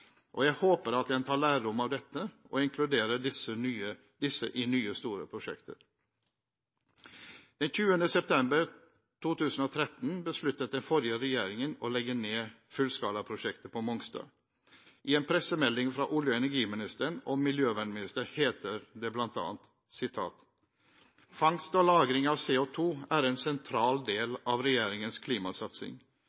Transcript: og jeg håper at en tar lærdom av dette og inkluderer disse i nye store prosjekter. Den 20. september 2013 besluttet den forrige regjeringen å legge ned fullskalaprosjektet på Mongstad. I en pressemelding fra olje- og energiministeren og miljøvernministeren heter det bl.a.: «Fangst og lagring av CO2 er en sentral del